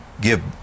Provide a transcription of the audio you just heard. give